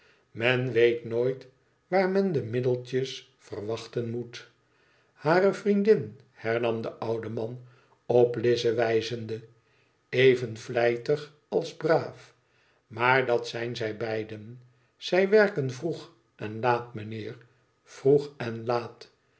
men weet nooit waar men de middeltjes verwachten moet hare vriendin hernam de oude man op lize wijzende e ven vlijtig als braaf maar dat zijn zij beiden zij werken vroeg en laat mijnheer vroeg en laat